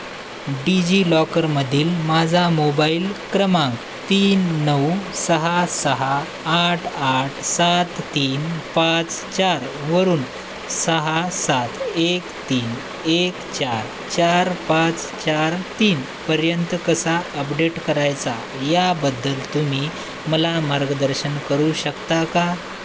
डिजिलॉकरमधील माझा मोबाईल क्रमांक तीन नऊ सहा सहा आठ आठ सात तीन पाच चारवरून सहा सात एक तीन एक चार चार पाच चार तीनपर्यंत कसा अपडेट करायचा याबद्दल तुम्ही मला मार्गदर्शन करू शकता का